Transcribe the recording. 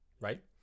right